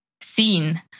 seen